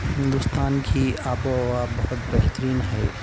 ہندوستان کی آب و ہوا بہت بہترین ہے